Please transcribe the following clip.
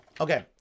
Okay